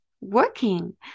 working